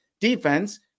defense